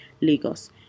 Lagos